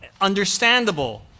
understandable